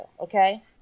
okay